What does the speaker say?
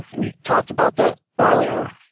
we talked about that earlier.